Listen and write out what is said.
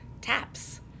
taps